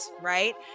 right